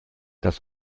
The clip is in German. das